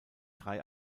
drei